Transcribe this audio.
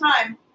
time